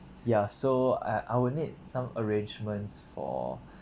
ya so I I will need some arrangements for